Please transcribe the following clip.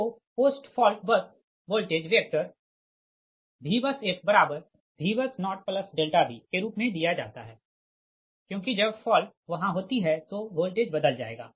तो post fault bus voltage vector VBUSfVBUS0V के रूप में दिया जाता है क्योंकि जब फॉल्ट वहाँ होती है तो वोल्टेज बदल जाएगा